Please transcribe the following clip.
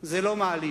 זה לא מעליב.